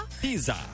pizza